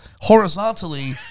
horizontally